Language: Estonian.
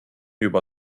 juba